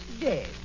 dead